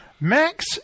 Max